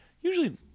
usually